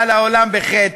בא לעולם בחטא?